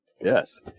Yes